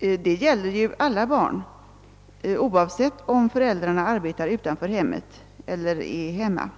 Detta gäller alla barn, oavsett om föräldrarna är hemma eller arbetar utanför hemmet.